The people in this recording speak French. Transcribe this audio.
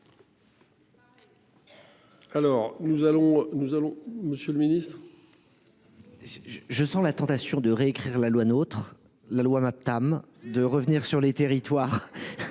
allons nous allons Monsieur le Ministre. Je sens la tentation de réécrire la loi notre la loi MAPTAM de revenir sur les territoires.